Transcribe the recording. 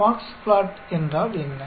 box plot என்றால் என்ன